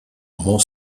more